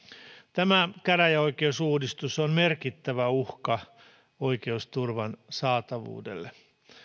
tämä käräjäoikeusuudistus on merkittävä uhka oikeusturvan saatavuudelle